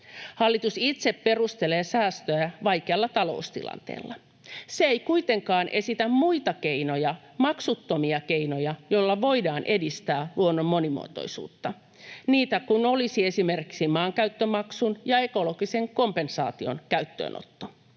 Hallitus itse perustelee säästöjä vaikealla taloustilanteella. Se ei kuitenkaan esitä muita keinoja, maksuttomia keinoja, joilla voidaan edistää luonnon monimuotoisuutta. Niitä kun olisi esimerkiksi maankäyttömaksun ja ekologisen kompensaation käyttöönotto.